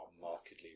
markedly